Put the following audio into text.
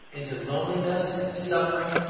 into loneliness and suffering,